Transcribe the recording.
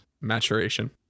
maturation